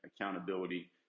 accountability